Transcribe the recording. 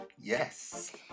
Yes